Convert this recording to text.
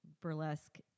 burlesque